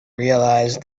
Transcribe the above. realise